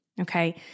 Okay